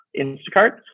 Instacart